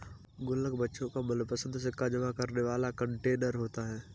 गुल्लक बच्चों का मनपंसद सिक्का जमा करने वाला कंटेनर होता है